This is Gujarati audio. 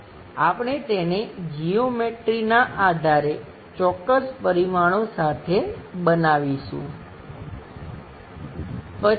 આપણે તેને જિયૉમેટ્રીના આધારે ચોક્કસ પરિમાણો સાથે બનાવીશું